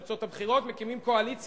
לפי תוצאות הבחירות מקימים קואליציה.